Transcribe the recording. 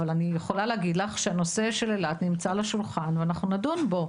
אבל אני יכולה להגיד לך שהנושא של אילת נמצא על השולחן ואנחנו נדון בו.